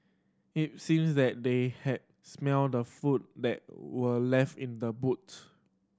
it seemed that they had smelt the food that were left in the boot